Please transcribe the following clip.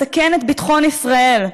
מסכן את ביטחון ישראל.